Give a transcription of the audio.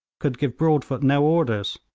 could give broadfoot no orders,